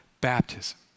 baptism